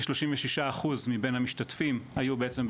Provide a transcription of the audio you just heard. כ-35 אחוז מבין המשתתפים היו בעצם,